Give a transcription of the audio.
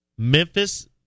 Memphis